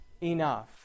enough